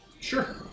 Sure